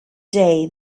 day